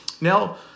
Now